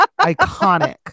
Iconic